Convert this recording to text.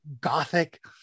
gothic